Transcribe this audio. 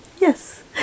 yes